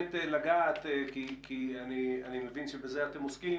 אני מבין שאתם עוסקים